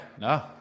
no